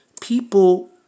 people